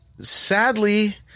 Sadly